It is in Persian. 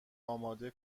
اماده